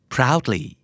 Proudly